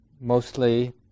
mostly